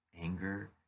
anger